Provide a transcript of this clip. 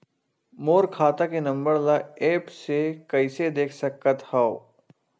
मोर खाता के नंबर ल एप्प से कइसे देख सकत हव?